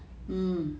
mm